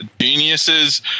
geniuses